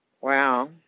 Wow